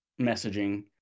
messaging